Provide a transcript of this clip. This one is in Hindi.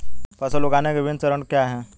फसल उगाने के विभिन्न चरण क्या हैं?